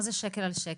מה זה שקל על שקל?